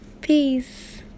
Peace